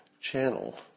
channel